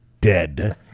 dead